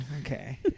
Okay